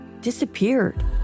disappeared